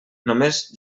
només